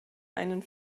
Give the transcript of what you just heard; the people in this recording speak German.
einen